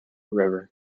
river